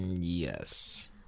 yes